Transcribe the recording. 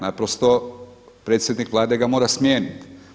Naprosto predsjednik Vlade ga mora smijeniti.